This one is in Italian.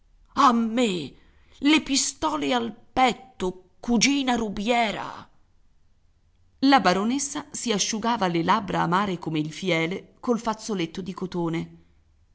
a me le pistole al petto cugina rubiera la baronessa si asciugava le labbra amare come il fiele col fazzoletto di cotone